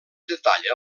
detalla